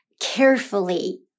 carefully